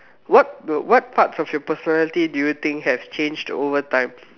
what do what parts of your personality do you think have changed over time